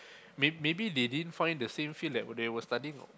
may maybe they didn't find the same field that they were studying of